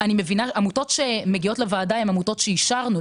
עמותות שמגיעות לוועדה הן עמותות שאישרנו,